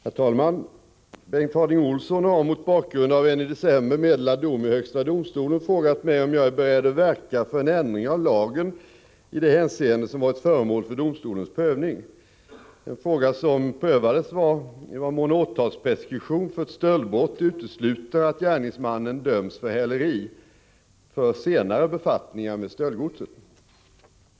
Herr talman! Bengt Harding Olson har mot bakgrund av en i december meddelad dom i högsta domstolen frågat mig om jag är beredd att verka för en ändring av lagen i det hänseende som var föremål för domstolens prövning. Den fråga som prövades var i vad mån åtalspreskription för ett stöldbrott utesluter att gärningsmannen döms för häleri för senare befattningar med stöldgodset.